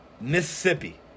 Mississippi